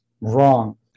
Wrong